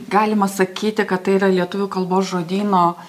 galima sakyti kad tai yra lietuvių kalbos žodyno